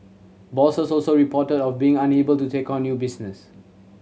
bosses also reported of being unable to take on new business